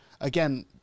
Again